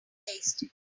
tasted